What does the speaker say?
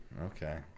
Okay